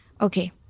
okay